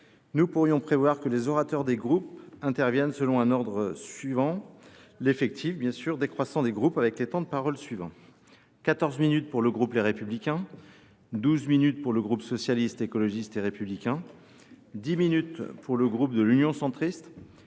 nous pourrions prévoir que les orateurs des groupes interviennent selon un ordre suivant l’effectif décroissant des groupes, avec les temps de parole suivants : quatorze minutes pour le groupe Les Républicains, douze minutes pour le groupe Socialiste, Écologiste et Républicain, dix minutes pour le groupe Union Centriste,